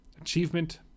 achievement